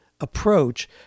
approach